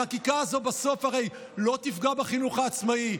החקיקה הזו בסוף הרי לא תפגע בחינוך העצמאי,